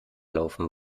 laufen